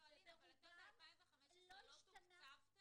וברובם לא השתנה --- לא,